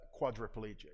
quadriplegic